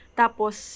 tapos